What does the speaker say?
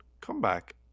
comeback